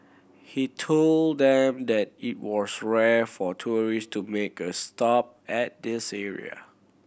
he told them that it was rare for tourist to make a stop at this area